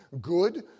good